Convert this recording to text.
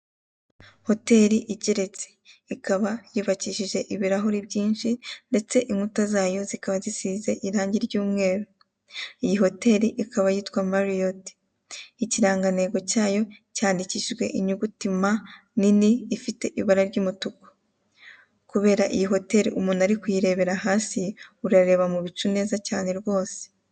Hoteli igeretse ikaba yubakishije ibirahure byinshi ndetse inkuta zayo zayo zikaba zisize irange ry'umweru. Iyi hoteli ikaba yitwa mariyote, ikirangantego cyayo cyandikishijwe inyugi M nini ifite ibara ry'umutuku kubera iyi hoteli umuntu ari kuyirebera hasi urareba mubicu neza cyane rwose.